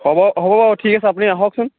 হ'ব হ'ব বাৰু ঠিক আছে আপুনি আহকচোন